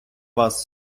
вас